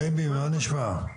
שלומך?